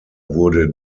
wurde